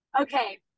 Okay